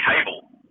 cable